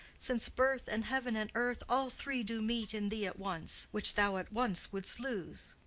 since birth and heaven and earth, all three do meet in thee at once which thou at once wouldst lose.